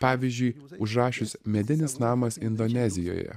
pavyzdžiui užrašius medinis namas indonezijoje